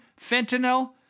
fentanyl